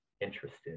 interested